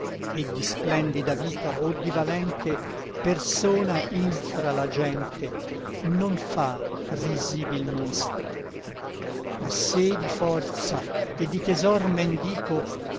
e di splendida vita o di valente persona infra la gente non fa risibil mostra ma sé di forza e di tesor mendico